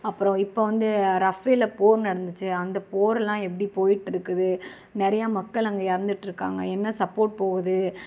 அப்புறம் இப்போ வந்து ரபேல்ல போர் நடந்துச்சு அந்த போரெலாம் எப்படி போயிகிட்ருக்குது நிறையா மக்கள் அங்கே இறந்திகிட்டுருக்காங்க என்ன சர்போர்ட் போகுது